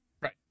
Right